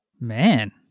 Man